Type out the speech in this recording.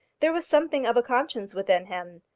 there was something of a conscience within him.